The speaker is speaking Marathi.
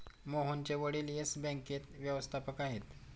मोहनचे वडील येस बँकेत व्यवस्थापक आहेत